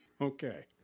Okay